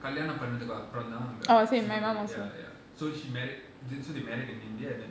கல்யாணம்பண்ணதுக்குஅப்பறம்தா:kalyanam pannathukku aparamtha singapore ya ya so she married so they married in india and then